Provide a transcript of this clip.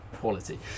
quality